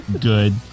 good